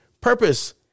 purpose